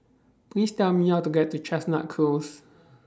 Please Tell Me How to get to Chestnut Close